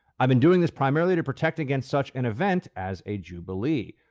i've been doing this primarily to protect against such an event as a jubilee.